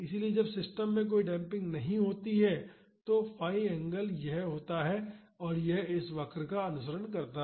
इसलिए जब सिस्टम में कोई डेम्पिंग नहीं होती है तो फी एंगल यह होता है कि यह इस वक्र का अनुसरण करता है